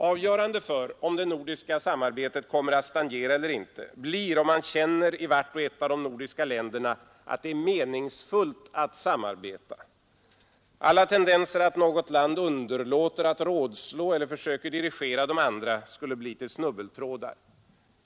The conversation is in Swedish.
Avgörande för om det nordiska samarbetet kommer att stagnera eller inte blir om man känner i vart och ett av de nordiska länderna att det är meningsfullt att samarbeta. Alla tendenser att något land underlåter att rådslå eller försöker dirigera de andra skulle bli till snubbeltrådar.